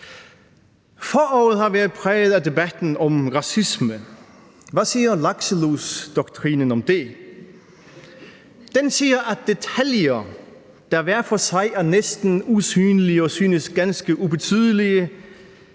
Foråret har været præget af debatten om racisme. Hvad siger lakselusdoktrinen om det? Den siger, at detaljer, der hver for sig er næsten usynlige og synes ganske ubetydelige,